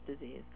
disease